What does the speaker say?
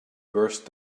burst